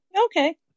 Okay